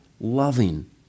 loving